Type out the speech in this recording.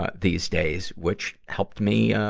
ah these days, which helped me, ah,